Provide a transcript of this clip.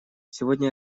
сегодня